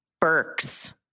Burks